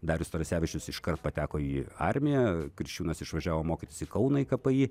darius tarasevičius iškart pateko į armiją kriščiūnas išvažiavo mokytis į kauną į kpi